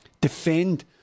defend